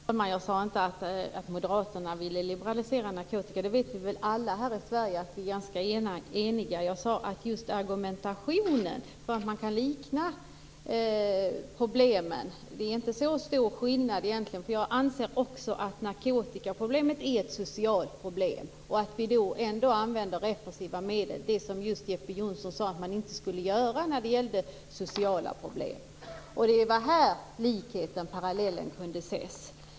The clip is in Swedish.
Fru talman! Jag sade inte att moderaterna vill liberalisera reglerna kring narkotika. Vi vet väl alla här i Sverige att vi är ganska eniga. Jag talade om argumentationen. Man kan likna problemen vid varandra. Det är egentligen inte så stor skillnad. Jag anser också att narkotikaproblemet är ett socialt problem, men vi använder ändå repressiva medel. Det var just det som Jeppe Johnsson sade att man inte skall göra när det gäller sociala problem. Det var här likheten eller parallellen kunde ses.